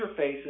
interfaces